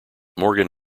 morgan